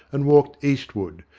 and walked eastward,